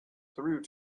through